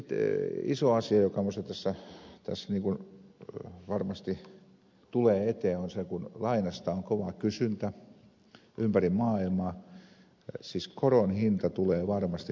sitten iso asia joka minusta tässä varmasti tulee eteen on se että kun lainasta on kova kysyntä ympäri maailmaa niin koron hinta tulee varmasti nousemaan